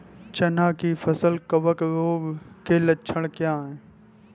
चना की फसल कवक रोग के लक्षण क्या है?